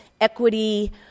equity